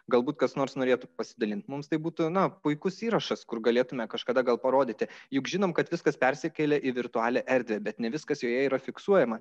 galbūt kas nors norėtų pasidalint mums tai būtų na puikus įrašas kur galėtume kažkada gal parodyti juk žinome kad viskas persikėlė į virtualią erdvę bet ne viskas joje yra fiksuojama